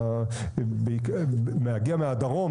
מגיע מהדרום,